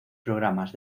programas